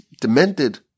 demented